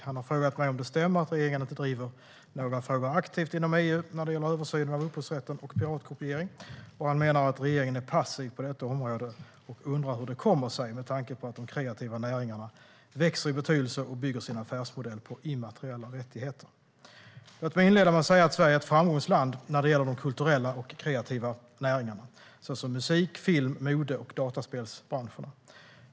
Han har frågat mig om det stämmer att regeringen inte driver några frågor aktivt inom EU när det gäller översynen av upphovsrätten och piratkopiering. Han menar att regeringen är passiv på detta område och undrar hur det kommer sig med tanke på att de kreativa näringarna växer i betydelse och bygger sin affärsmodell på immateriella rättigheter. Låt mig inleda med att säga att Sverige är ett framgångsland när det gäller de kulturella och kreativa näringarna såsom musik-, film-, mode och dataspelsbranscherna.